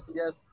yes